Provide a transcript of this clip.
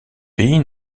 pays